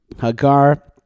Hagar